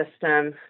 system